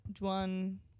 Juan